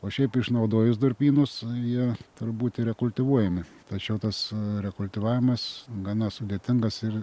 o šiaip išnaudojus durpynus jie turi būti rekultivuojami tačiau tas rekultivavimas gana sudėtingas ir